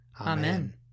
Amen